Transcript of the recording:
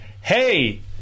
hey